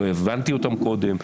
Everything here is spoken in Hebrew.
לא הבנתי אותן קודם,